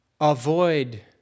Avoid